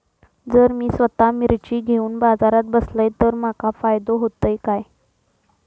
जर मी स्वतः मिर्ची घेवून बाजारात बसलय तर माका फायदो होयत काय?